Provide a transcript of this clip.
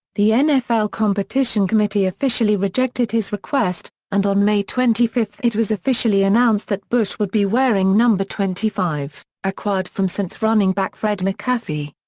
the nfl competition committee officially rejected his request, and on may twenty it was officially announced that bush would be wearing number twenty five, acquired from saints running back fred mcafee.